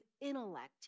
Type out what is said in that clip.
intellect